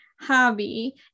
hobby